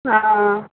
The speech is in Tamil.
ஆ ஆ